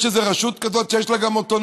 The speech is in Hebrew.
יש איזו רשות כזאת שיש לה אוטונומיה,